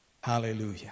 Hallelujah